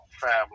family